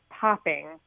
popping